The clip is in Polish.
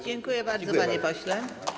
Dziękuję bardzo, panie pośle.